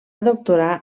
doctorar